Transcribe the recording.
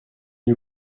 you